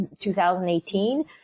2018